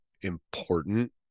important